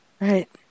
Right